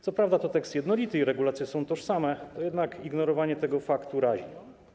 Co prawda to tekst jednolity i regulacje są tożsame, jednak ignorowanie tego faktu razi.